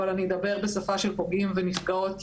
אבל אני אדבר בשפה של פוגעים ונפגעות,